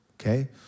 okay